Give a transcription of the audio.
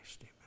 Amen